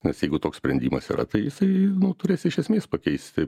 nes jeigu toks sprendimas yra tai jisai turės iš esmės pakeisti